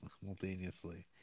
simultaneously